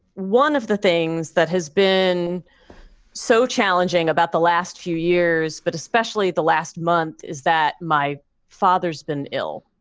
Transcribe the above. one of the things that has been so challenging about the last few years, but especially the last month, is that my father's been ill.